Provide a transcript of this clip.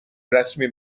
رسمی